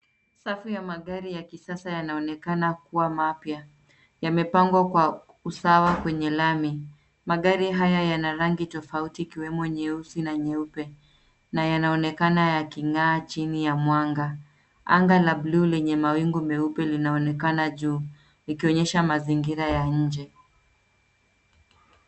Safu ya magari ya kisasa yanaonekana kuwa mapya. Yamepangwa kwa usawa kwenye lami. Magari haya yana rangi tofauti ikiwemo nyeusi na nyeupe, na yanaonekana yaking'aa chini ya mwanga. Anga na buluu lenye mawingu meupe linaonekana juu, ikionyesha mazingira ya nje.